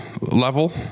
level